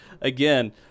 again